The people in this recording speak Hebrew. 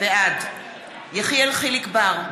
בעד יחיאל חיליק בר,